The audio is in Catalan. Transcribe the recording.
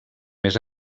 més